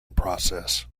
process